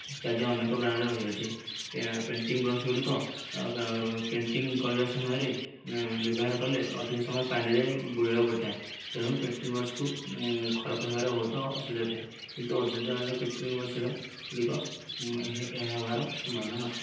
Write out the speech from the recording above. ଇତ୍ୟାଦି ଅନେକ ବ୍ରାଣ୍ଡର ରହିଅଛି ପେଣ୍ଟିଂ ବ୍ରସ ଗୁଡ଼ିକ ପେଣ୍ଟିଂ କରିବା ସମୟରେ ବ୍ୟବହାର କଲେ ଅଧିକ ସମୟ ପାଣିରେ ବୁଡ଼େଇବାକୁ ପଡ଼ିଥାଏ ତେଣୁ ପେଣ୍ଟିଂ ବ୍ରସକୁ ଖରାପ ହେବାରେ ବହୁତ ଅସୁବିଧା ଥାଏ କିନ୍ତୁ ଅଜନ୍ତା ବ୍ରାଣ୍ଡର ପେଣ୍ଟିଂ ବ୍ରସର ଗୁଡ଼ିକ ଏହା ହେବାର ସମ୍ଭାବନା ନଥାଏ